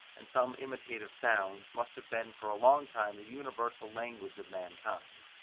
and some imitative sounds, must have been for a long time the universal language of mankind,